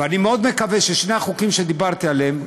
ואני מאוד מקווה ששני החוקים שדיברתי עליהם,